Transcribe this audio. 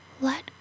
let